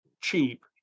cheap